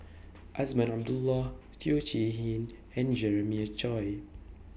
Azman Abdullah Teo Chee Hean and Jeremiah Choy